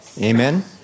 Amen